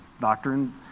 doctrine